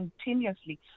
continuously